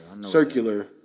circular